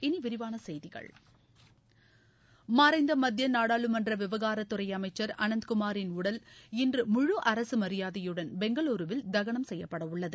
இனி விரிவான செய்திகள் மறைந்த மத்திய நாடாளுமன்ற விவகார துறை அமைச்ச் அனந்த் குமாரின் உடல் இன்று முழு அரசு மரியாதையுடன் பெங்களூருவில் தகனம் செய்யப்படவுள்ளது